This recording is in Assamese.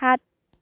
সাত